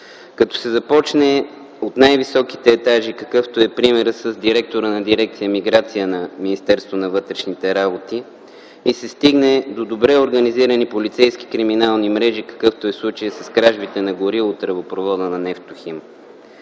като се започне от най-високите етажи, какъвто е примерът с директора на дирекция „Миграция” на Министерството на вътрешните работи, и се стигне до добре организирани полицейски криминални мрежи, какъвто е случаят с кражбите на гориво от тръбопровода на „Нефтохим”.